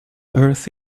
earth